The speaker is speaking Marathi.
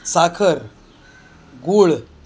साखर गूळ